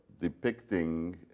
depicting